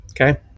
Okay